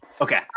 Okay